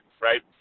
right